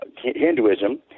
Hinduism